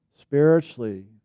spiritually